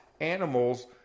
animals